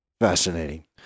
Fascinating